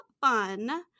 fun